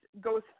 goes